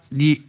di